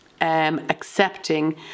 accepting